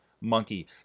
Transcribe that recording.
monkey